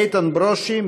איתן ברושי,